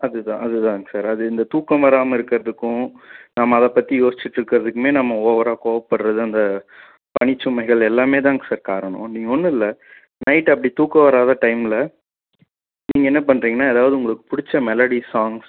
அதுதான் அதுதாங்க சார் அது இந்த தூக்கம் வராமல் இருக்கிறதுக்கும் நம்ம அதை பற்றி யோசிச்சுட்ருக்கறதுக்குமே நம்ம ஓவராக கோவப்படுகிறது அந்த பணிச்சுமைகள் எல்லாமேதாங்க சார் காரணம் நீங்கள் ஒன்றும் இல்லை நைட் அப்படி தூக்கம் வராத டைமில் நீங்கள் என்ன பண்ணுறிங்கன்னா எதாவது உங்களுக்கு பிடிச்ச மெலடி சாங்ஸ்